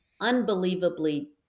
unbelievably